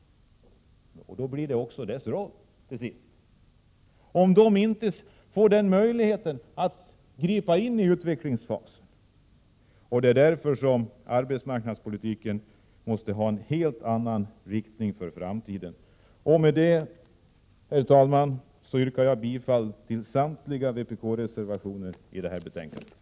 Och detta blir till sist också arbetsmarknadsverkets roll, om man inte får möjlighet att gripa in i utvecklingsfasen. Det är därför som arbetsmarknadspolitiken måste ha en helt annan inriktning i framtiden. Herr talman! Med detta yrkar jag bifall till samtliga vpk-reservationer i detta betänkande.